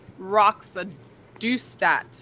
roxadustat